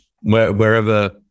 wherever